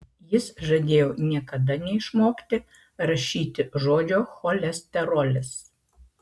jis žadėjo niekada neišmokti rašyti žodžio cholesterolis